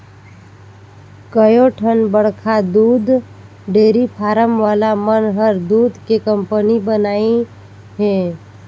कयोठन बड़खा दूद डेयरी फारम वाला मन हर दूद के कंपनी बनाईंन हें